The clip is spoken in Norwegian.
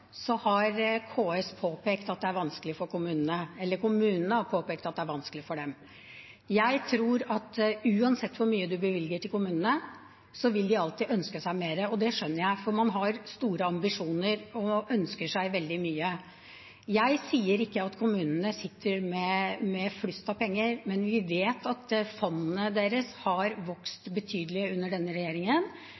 så langt tilbake jeg kan huske – og jeg har vært her i 14 år – har KS påpekt at det er vanskelig for kommunene, eller kommunene har påpekt at det er vanskelig for dem. Jeg tror at uansett hvor mye man bevilger til kommunene, vil de alltid ønske seg mer. Og det skjønner jeg, for man har store ambisjoner og ønsker seg veldig mye. Jeg sier ikke at kommunene sitter med flust av penger, men vi vet at